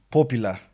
Popular